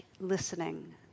listening